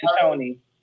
Tony